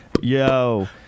Yo